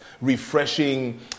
refreshing